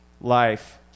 life